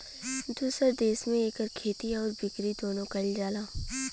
दुसर देस में इकर खेती आउर बिकरी दुन्नो कइल जाला